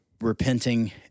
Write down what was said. repenting